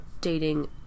dating